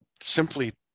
simply